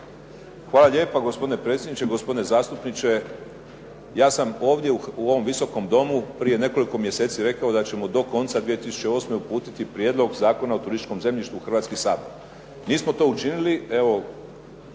Hvala lijepa. Gospodine predsjedniče. Gospodine zastupniče, ja sam ovdje u ovom Visokom domu prije nekoliko mjeseci rekao da ćemo do konca 2008. uputiti Prijedlog zakona o turističkom zemljištu u Hrvatski sabor. Nismo to učinili evo